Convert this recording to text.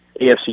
AFC